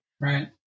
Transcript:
Right